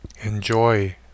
enjoy